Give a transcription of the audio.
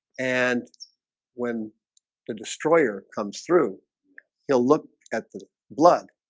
and when the destroyer comes through he'll look at the blood